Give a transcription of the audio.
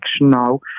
now